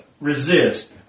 resist